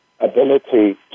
Ability